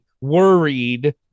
worried